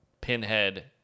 Pinhead